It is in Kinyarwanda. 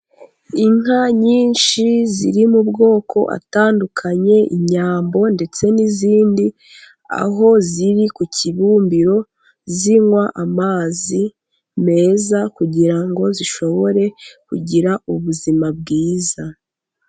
Inka nyinshi ziri mu moko atandukanye, inyambo ndetse n'izindi, aho ziri ku kibumbiro zinywa amazi meza kugira ngo zishobore kugira ubuzima bwiza.